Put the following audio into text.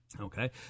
Okay